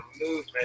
movement